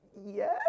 yes